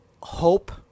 Hope